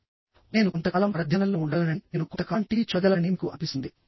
ఓహ్ నేను కొంతకాలం పరధ్యానంలో ఉండగలనని నేను కొంతకాలం టీవీ చూడగలనని మీకు అనిపిస్తుంది